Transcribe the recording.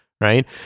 right